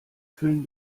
füllen